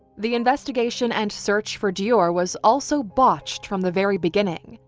the investigation and search for deorr was also botched from the very beginning.